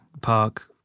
park